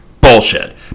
bullshit